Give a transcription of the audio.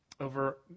over